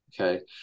okay